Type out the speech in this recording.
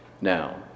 Now